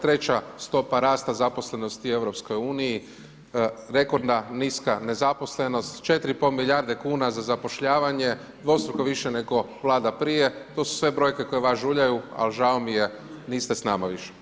Treća stopa rasta zaposlenosti u EU-u, rekordna, niska nezaposlenost, 4,5 milijarde kuna za zapošljavanje, dvostruko više nego Vlada prije, to su sve brojke koje vas žuljaju, ali žao mi je, niste s nama više.